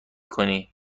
کنی